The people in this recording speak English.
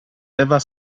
ever